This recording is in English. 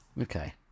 Okay